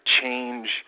change